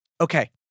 Okay